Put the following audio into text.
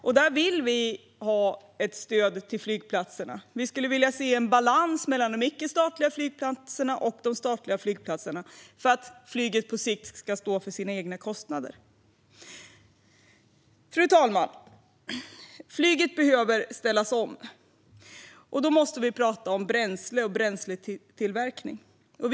Vi vill ha ett stöd till flygplatserna. Vi skulle vilja se en balans mellan de icke-statliga flygplatserna och de statliga flygplatserna för att flyget på sikt ska stå för sina egna kostnader. Fru talman! Flyget behöver ställas om. Då måste vi tala om bränsle och bränsletillverkning.